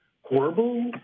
horrible